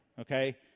Okay